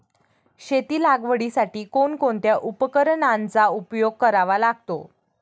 शेती लागवडीसाठी कोणकोणत्या उपकरणांचा उपयोग करावा लागतो?